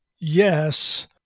yes